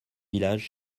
village